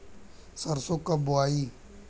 सरसो कब बोआई?